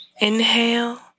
Inhale